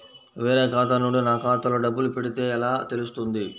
వేరే ఖాతా నుండి నా ఖాతాలో డబ్బులు పడితే ఎలా తెలుస్తుంది?